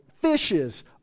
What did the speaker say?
fishes